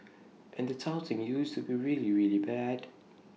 and the touting used to be really really bad